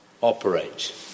operate